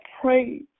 pray